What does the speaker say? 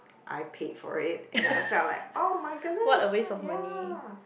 I paid for it and I felt like oh my goodness ya